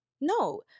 no